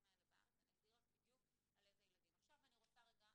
אני רוצה לדעת